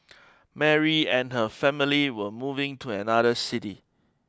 Mary and her family were moving to another city